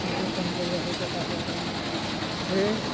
ମଧ୍ୟ ପନିପରିବା ସହିତ ଚାଷ ହୁଏ